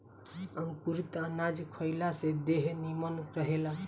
अंकुरित अनाज खइला से देह निमन रहेला